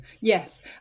Yes